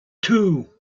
two